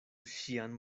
ŝian